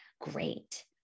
great